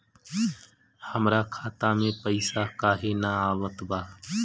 हमरा खाता में पइसा काहे ना आवत बा?